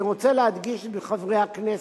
אני רוצה להדגיש בפני חברי הכנסת: